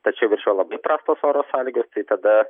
tačiau virš jo labai prastos oro sąlygos tai tada